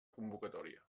convocatòria